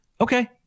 Okay